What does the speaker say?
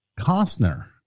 Costner